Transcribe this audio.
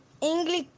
english